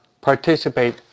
participate